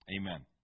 Amen